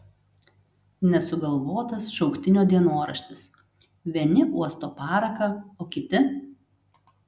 nesugalvotas šauktinio dienoraštis vieni uosto paraką o kiti